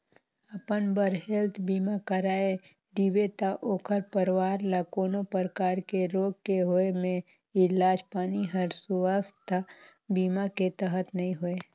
अपन बर हेल्थ बीमा कराए रिबे त ओखर परवार ल कोनो परकार के रोग के होए मे इलाज पानी हर सुवास्थ बीमा के तहत नइ होए